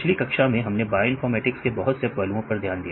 पिछली कक्षा में हमने बायोइनफॉर्मेटिक्स के बहुत से पहलुओं पर ध्यान दिया